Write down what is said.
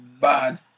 bad